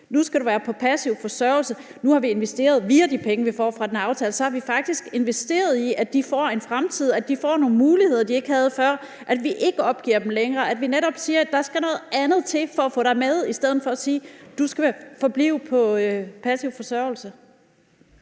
nu skal være på passiv forsørgelse, så faktisk via de penge, vi får fra den aftale, har investeret i, de får en fremtid; at de får nogle muligheder, de ikke havde før; at vi ikke længere opgiver dem, altså ved at vi netop siger, at der skal noget andet til for at få dem med, i stedet for at sige: Du skal forblive på passiv forsørgelse?